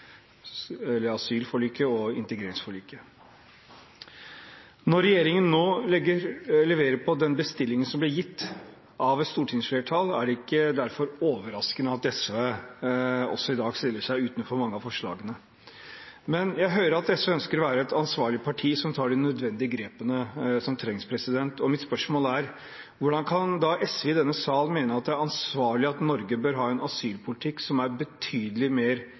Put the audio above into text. asylforliket og integreringsforliket. Når regjeringen nå leverer på den bestillingen som ble gitt av et stortingsflertall, er det derfor ikke overraskende at SV også i dag stiller seg utenfor mange av forslagene. Men jeg hører at SV ønsker å være et ansvarlig parti som tar de nødvendige grepene som trengs. Mitt spørsmål er: Hvordan kan da SV i denne sal mene at det er ansvarlig at Norge bør ha en asylpolitikk som er